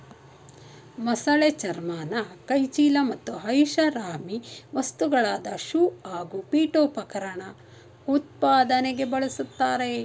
ಮೊಸಳೆ ಚರ್ಮನ ಕೈಚೀಲ ಮತ್ತು ಐಷಾರಾಮಿ ವಸ್ತುಗಳಾದ ಶೂ ಹಾಗೂ ಪೀಠೋಪಕರಣ ಉತ್ಪಾದನೆಗೆ ಬಳುಸ್ತರೆ